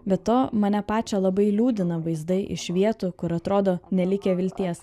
be to mane pačią labai liūdina vaizdai iš vietų kur atrodo nelikę vilties